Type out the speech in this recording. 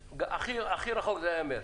הכי רחוק זה היה מרס.